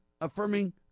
affirming